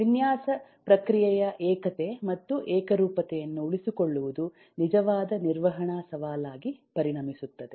ವಿನ್ಯಾಸ ಪ್ರಕ್ರಿಯೆಯ ಏಕತೆ ಮತ್ತು ಏಕರೂಪತೆಯನ್ನು ಉಳಿಸಿಕೊಳ್ಳುವುದು ನಿಜವಾದ ನಿರ್ವಹಣಾ ಸವಾಲಾಗಿ ಪರಿಣಮಿಸುತ್ತದೆ